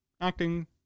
acting